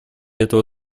этого